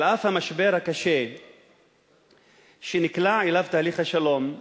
על אף המשבר הקשה שנקלע אליו תהליך השלום,